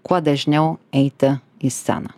kuo dažniau eiti į sceną